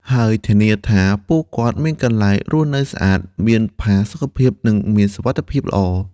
ហើយធានាថាពួកគាត់មានកន្លែងរស់នៅស្អាត មានផាសុកភាព និងមានសុវត្ថិភាពល្អ។